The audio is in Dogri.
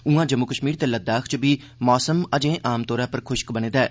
उआं जम्मू कष्मीर ते लद्दाख च बी मौसम अजें आमतौर उप्पर खुष्क बनै'रदा ऐ